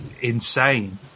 insane